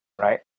right